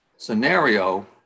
scenario